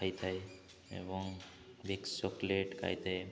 ଖାଇଥାଏ ଏବଂ ବିକ୍ସ ଚକଲେଟ୍ ଖାଇଥାଏ